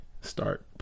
start